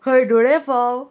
हळदुळे फाव